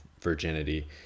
virginity